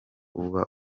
uba